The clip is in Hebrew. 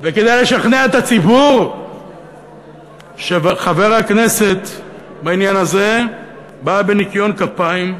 וכדי לשכנע את הציבור שחבר הכנסת בעניין הזה בא בניקיון כפיים מלא.